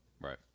Right